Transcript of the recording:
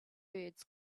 birds